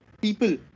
people